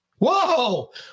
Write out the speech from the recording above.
whoa